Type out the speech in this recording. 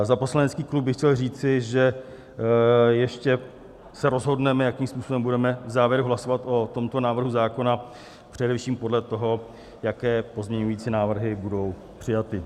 Za poslanecký klub bych chtěl říci, že ještě se rozhodneme, jakým způsobem budeme v závěru hlasovat o tomto návrhu zákona, především podle toho, jaké pozměňující návrhy budou přijaty.